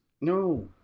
No